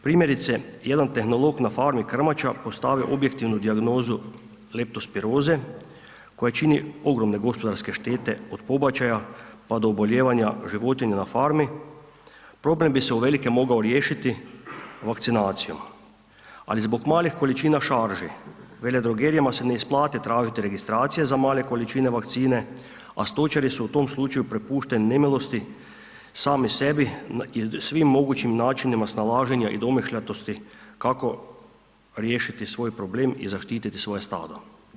Primjerice, jedan tehnolog na farmi krmača postavi objektivnu dijagnozu lektospiroze koja čini ogromne gospodarske štete od pobačaja pa do oboljevanja životinja na farmi, problem bis uvelike mogao riješiti vakcinacijom ali zbog malih količina šarži, veledrogerijama se ne isplati tražiti registracije za male količine vakcina a stočari su u tom slučaju prepušteni nemilosti sami sebi i svim mogućim načinima snalaženja i domišljatosti kako riješiti svoj problem i zaštititi svoje stado.